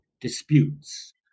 disputes